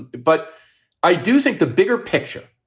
but i do think the bigger picture,